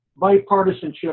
bipartisanship